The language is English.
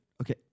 Okay